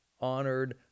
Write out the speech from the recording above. honored